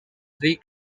three